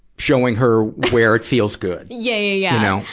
showing her where it feels good. yeah, yeah, yeah,